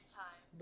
time